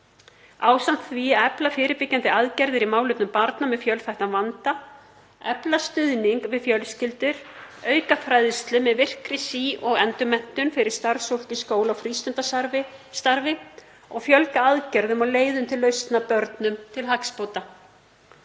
ásamt því að efla fyrirbyggjandi aðgerðir í málefnum barna með fjölþættan vanda, efla stuðning við fjölskyldur, auka fræðslu með virkri sí- og endurmenntun fyrir starfsfólk í skóla- og frístundastarfi og fjölga aðgerðum og leiðum til lausna börnum til hagsbóta.